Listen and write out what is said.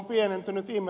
ihmettelen ed